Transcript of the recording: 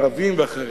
ערבים ואחרים.